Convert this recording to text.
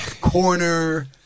corner